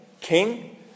king